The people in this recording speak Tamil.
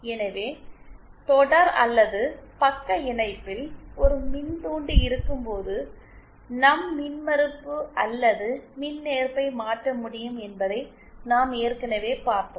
எனவே தொடர் அல்லது பக்க இணைப்பில் ஒரு மின்தூண்டி இருக்கும்போது நம் மின்மறுப்பு அல்லது மின்ஏற்பை மாற்ற முடியும் என்பதை நாம் ஏற்கனவே பார்த்தோம்